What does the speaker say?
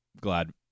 glad